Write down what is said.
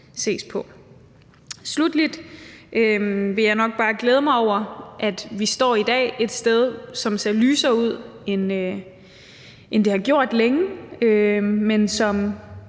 ses på. Sluttelig vil jeg nok bare glæde mig over, at vi i dag står et sted, som ser lysere ud, end det har gjort længe, men som